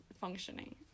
functioning